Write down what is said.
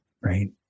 Right